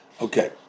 okay